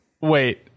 wait